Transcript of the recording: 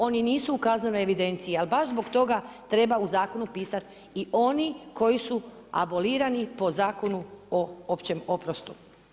Oni nisu u kaznenoj evidenciji, ali baš zbog toga treba u zakonu pisati i oni koji su abolirani po zakonu o općem oprostu.